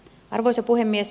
arvoisa puhemies